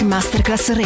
Masterclass